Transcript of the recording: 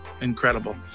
Incredible